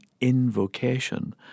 Invocation